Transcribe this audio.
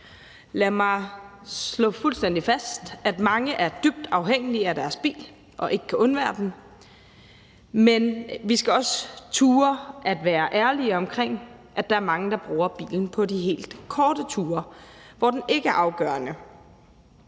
Lad mig slå fuldstændig fast, at mange er dybt afhængige af deres bil og ikke kan undvære den, men vi skal også turde at være ærlige om, at der er mange, der bruger bilen på de helt korte ture, hvor den ikke er afgørende.